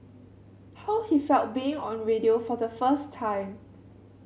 how he felt being on radio for the first time